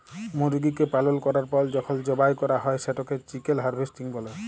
মুরগিকে পালল ক্যরার পর যখল জবাই ক্যরা হ্যয় সেটকে চিকেল হার্ভেস্টিং ব্যলে